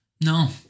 No